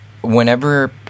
Whenever